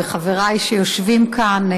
וחברי שיושבים כאן,